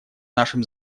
нашем